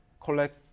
collect